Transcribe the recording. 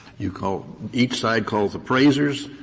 you call each side calls appraisers.